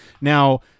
Now